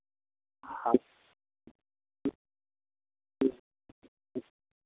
हँ ह्म्म ह्म्म ह्म्म